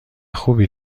خوبی